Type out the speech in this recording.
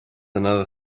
another